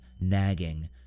nagging